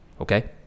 okay